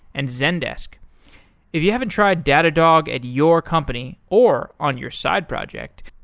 and zendesk if you haven't tried datadog at your company or on your side project,